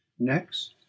Next